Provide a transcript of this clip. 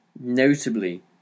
notably